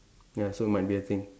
ya so might be a thing